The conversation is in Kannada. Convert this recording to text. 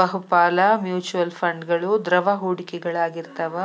ಬಹುಪಾಲ ಮ್ಯೂಚುಯಲ್ ಫಂಡ್ಗಳು ದ್ರವ ಹೂಡಿಕೆಗಳಾಗಿರ್ತವ